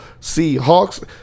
Seahawks